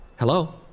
Hello